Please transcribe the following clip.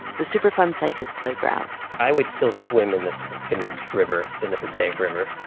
the superfund site his playground i would still swim in this in this river in the passaic river.